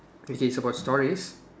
okay it's about stories